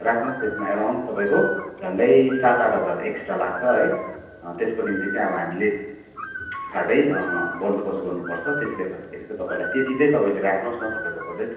राख्नुहोस् त्यसमा अराउन्ड तपाईँको झन्डै सात आठ हजार एक्स्ट्रा लाग्छ है त्यसको निम्ति चाहिँ अब हामीले फाल्टै बन्दोबस्त गर्नुपर्छ त्यसले गर्दाखेरि तपाईँलाई त्यति चाहिँ तपाईँले राख्नुहोस् न तपाईँको बजेट